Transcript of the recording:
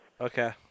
Okay